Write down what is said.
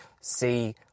see